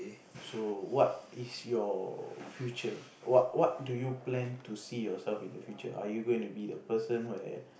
so what is your future what what do you plan to see yourself in the future are you gonna be the person where